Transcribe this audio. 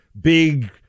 big